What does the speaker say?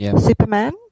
Superman